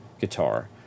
guitar